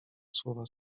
słowa